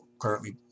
currently